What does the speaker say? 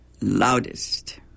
loudest